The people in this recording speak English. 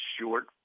short